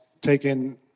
taken